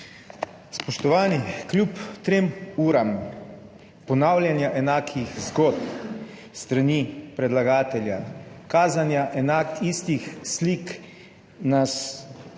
Spoštovani. Kljub trem uram ponavljanja enakih zgodb s strani predlagatelja, kazanja istih slik nas, pa